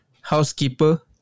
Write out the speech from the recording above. housekeeper